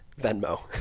Venmo